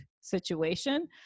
situation